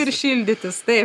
ir šildytis taip